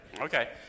Okay